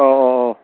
ꯑꯧ ꯑꯧ ꯑꯧ